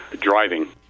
driving